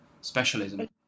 specialism